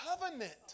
covenant